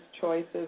choices